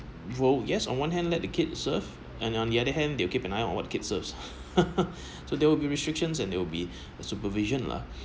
!wow! yes on one hand let the kid serve and on the other hand they'll keep an eye on what kids served so there will be restrictions and there'll be supervision lah